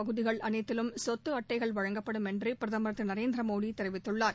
பகுதிகள் அனைத்திலும் சொத்து அட்டைகள் வழங்கப்படும் என்று பிரதமர் திரு நரேந்திரமோடி தெரிவித்துள்ளார்